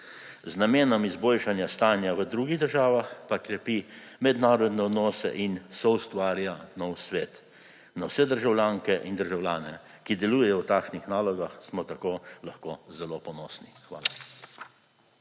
z namenom izboljšanja stanja v drugih državah pa krepi mednarodne odnose in soustvarja nov svet. Na vse državljanke in državljane, ki delujejo v takšnih nalogah, smo tako lahko zelo ponosni. Hvala.